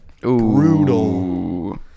Brutal